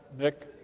nick?